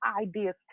ideas